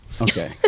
Okay